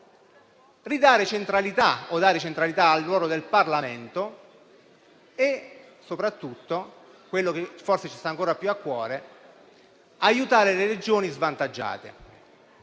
ridare centralità o dare centralità al ruolo del Parlamento e soprattutto, quello che forse ci sta ancora più a cuore, aiutare le Regioni svantaggiate.